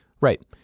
Right